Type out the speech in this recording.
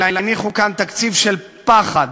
אלא הניחו כאן תקציב של פחד,